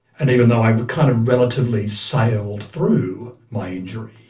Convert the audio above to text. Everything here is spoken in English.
and even though i have kind of relatively sailed through my injury,